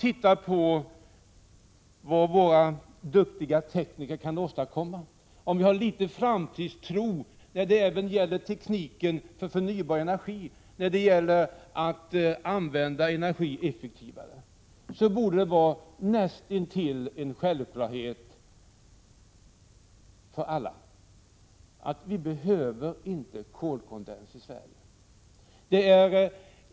Om man vet vad vår duktiga tekniker kan åstadkomma och om vi har litet framtidstro även när det gäller tekniken för förnybar energi och när det gäller att använda energin effektivare, borde det vara näst intill en självklarhet för alla att vi inte behöver kolkondens i Sverige.